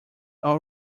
all